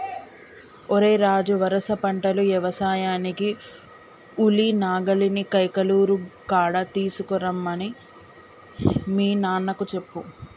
ఓరై రాజు వరుస పంటలు యవసాయానికి ఉలి నాగలిని కైకలూరు కాడ తీసుకురమ్మని మీ నాన్నకు చెప్పు